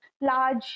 large